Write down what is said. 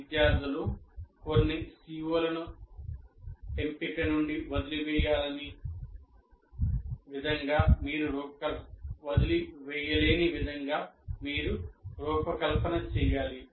విద్యార్థులు కొన్ని CO లను ఎంపిక నుండి వదిలివేయలేని విధంగా మీరు రూపకల్పన చేయాలి